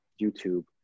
YouTube